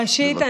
ראשית,